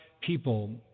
people